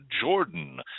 Jordan